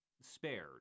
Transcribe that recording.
spared